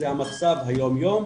זה המצב היום יום,